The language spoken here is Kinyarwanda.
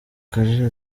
kalira